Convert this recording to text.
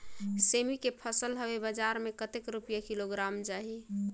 सेमी के फसल हवे बजार मे कतेक रुपिया किलोग्राम जाही?